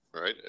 right